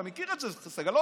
אתה מכיר את זה, סגלוביץ'.